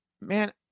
man